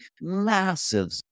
massive